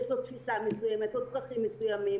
יש לו תפיסה מסוימת או צרכים מסוימים